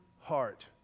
heart